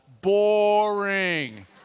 Boring